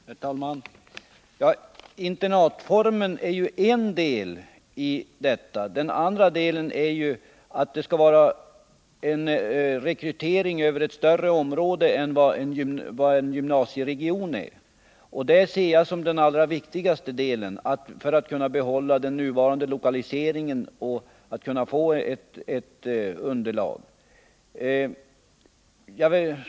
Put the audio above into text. Herr talman! Internatformen är den ena delen av systemet med riksyrkesskolor. Den andra delen är att rekryteringen skall ske från ett större område än en gymnasieregion. Det ser jag som den viktigaste delen när det gäller att kunna behålla den nuvarande lokaliseringen och få ett tillräckligt elevunderlag.